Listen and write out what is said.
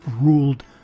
ruled